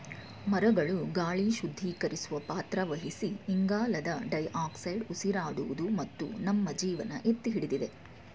ಮರಗಳು ಗಾಳಿ ಶುದ್ಧೀಕರಿಸುವ ಪಾತ್ರ ವಹಿಸಿ ಇಂಗಾಲದ ಡೈಆಕ್ಸೈಡ್ ಉಸಿರಾಡುವುದು ಮತ್ತು ನಮ್ಮ ಜೀವನ ಎತ್ತಿಹಿಡಿದಿದೆ